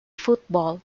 football